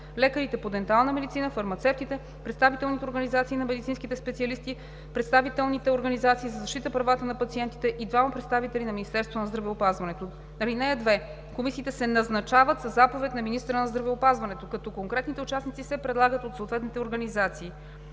лекарите по дентална медицина, фармацевтите, представителните организации на медицинските специалисти, представителните организации за защита правата на пациентите и двама представители на Министерството на здравеопазването. (2) Комисиите се назначават със заповед на министъра на здравеопазването, като конкретните участници се предлагат от съответните организации.